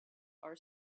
our